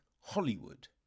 Hollywood